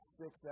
six